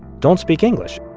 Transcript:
don't speak english.